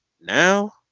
Now